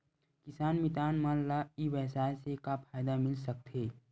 किसान मितान मन ला ई व्यवसाय से का फ़ायदा मिल सकथे?